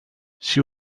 she